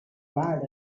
bad